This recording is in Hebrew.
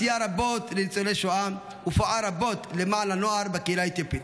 סייע רבות לניצולי שואה ופעל רבות למען הנוער בקהילה האתיופית.